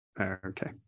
okay